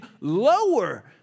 lower